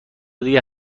دیگه